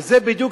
וזה בדיוק,